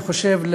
אני חושב,